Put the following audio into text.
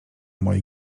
moi